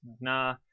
Nah